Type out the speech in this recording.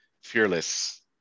fearless